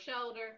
shoulder